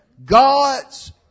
God's